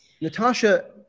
Natasha